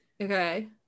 Okay